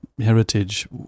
Heritage